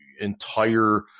entire